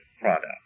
product